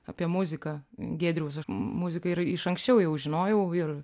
apie muziką giedriaus aš muziką ir iš anksčiau jau žinojau ir